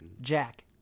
Jack